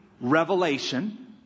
revelation